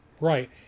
Right